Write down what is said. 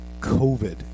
COVID